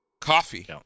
Coffee